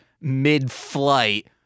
mid-flight